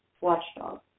watchdog